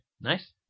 Nice